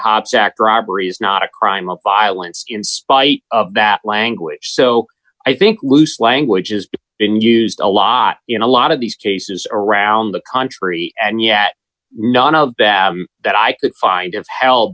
object robbery is not a crime of violence in spite of that language so i think loose language is been used a lot in a lot of these cases around the country and yet none of that that i could find of hel